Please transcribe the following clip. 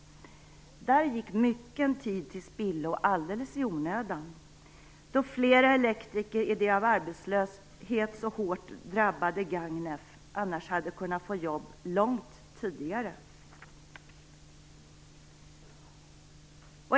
Där gick mycken tid till spillo alldeles i onödan, då flera elektriker i det av arbetslöshet hårt drabbade Gagnef hade kunnat få jobb långt tidigare.